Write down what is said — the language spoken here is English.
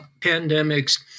pandemics